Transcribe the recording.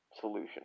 solution